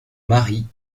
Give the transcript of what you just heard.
marie